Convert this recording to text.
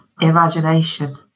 imagination